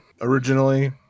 originally